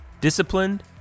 disciplined